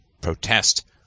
protest